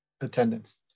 attendance